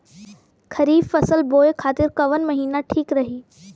खरिफ फसल बोए खातिर कवन महीना ठीक रही?